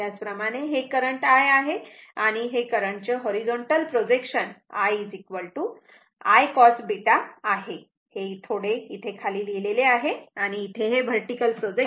त्याचप्रमाणे हे current I आहे आणि हे करंटचे horizontal projection I I cos β आहे हे थोडे इथे खाली लिहिलेले आहे आणि इथे हे व्हर्टिकल प्रोजेक्शन II sin β आहे